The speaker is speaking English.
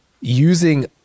using